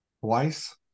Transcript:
Twice